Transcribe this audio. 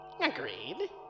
Agreed